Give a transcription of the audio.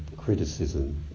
Criticism